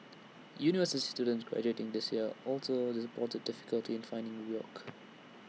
university students graduating this year also reported difficulty in finding work